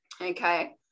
okay